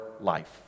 life